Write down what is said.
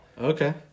Okay